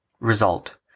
Result